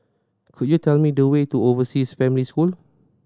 could you tell me the way to Overseas Family School